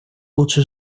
лучшей